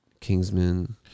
Kingsman